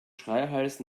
schreihals